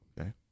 Okay